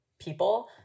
people